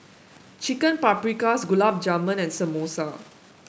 Chicken Paprikas Gulab Jamun and Samosa